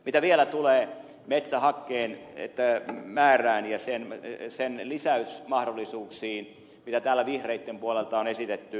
mitä vielä tulee metsähakkeen määrään ja sen lisäysmahdollisuuksiin mitä täällä vihreitten puolelta on esitetty